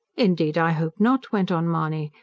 indeed, i hope not, went on mahony.